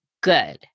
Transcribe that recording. good